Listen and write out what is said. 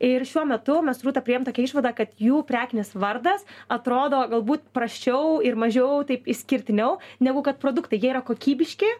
ir šiuo metu mes su rūta priėjom tokią išvadą kad jų prekinis vardas atrodo galbūt prasčiau ir mažiau taip išskirtiniau negu kad produktai jie yra kokybiški